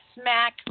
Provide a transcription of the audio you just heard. smack